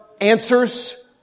answers